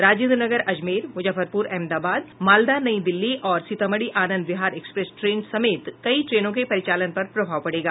राजेन्द्र नगर अजमेर मुजफ्फरपुर अहमदाबाद मालदा नई दिल्ली और Sitamarhi Anand Vihar express train समेत कई ट्रेनों के परिचालन पर प्रभाव पड़ेगा